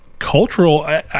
cultural